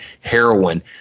heroin